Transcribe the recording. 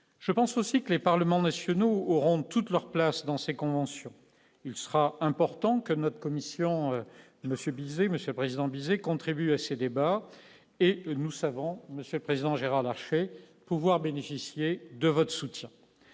je pense aussi que les parlements nationaux auront toute leur place dans ces conventions, il sera important que notre commission Monsieur Bizet, Monsieur le Président, contribue à ces débats et nous savons, monsieur le président, Gérard Larchet pouvoir bénéficier de votre soutien,